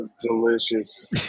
delicious